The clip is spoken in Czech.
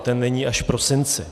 Ten není až v prosinci.